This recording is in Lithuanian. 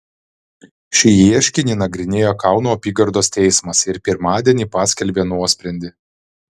šį ieškinį nagrinėjo kauno apygardos teismas ir pirmadienį paskelbė nuosprendį